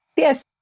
Yes